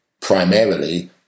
primarily